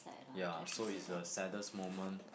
ya so it's the saddest moment